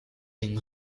une